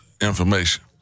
information